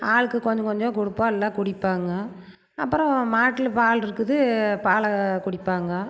ஆளுக்கு கொஞ்ச கொஞ்சம் கொடுப்போம் எல்லாம் குடிப்பாங்க அப்புறம் மாட்டில் பால் இருக்குது பாலை குடிப்பாங்க